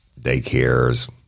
daycares